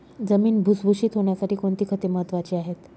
जमीन भुसभुशीत होण्यासाठी कोणती खते महत्वाची आहेत?